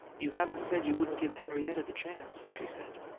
you haven't said you wouldn't give henrietta the chance, she said,